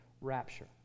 rapture